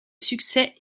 succès